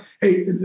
Hey